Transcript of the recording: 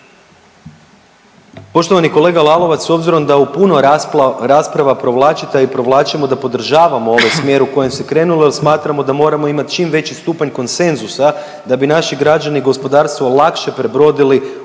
Poštovani kolega Lalovac, s obzirom da u puno rasprava provlačite i provlačimo da podržavamo ovaj smjer u kojem se krenulo jer smatramo da moramo imat čim veći stupanj konsenzusa da bi naši građani i gospodarstvo lakše prebrodili ovu